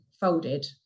folded